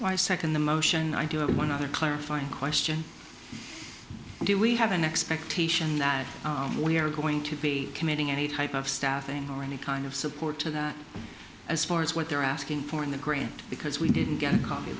i second the motion i do one other clarifying question do we have an expectation that we are going to be committing any type of staffing or any kind of support to that as far as what they're asking for in the grant because we didn't get a co